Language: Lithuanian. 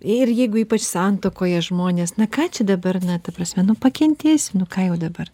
ir jeigu ypač santuokoje žmonės na ką čia dabar na ta prasme nu pakentėsi nu ką jau dabar